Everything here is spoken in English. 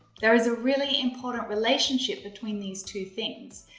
there is a really important relationship between these two things.